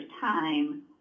time